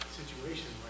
situation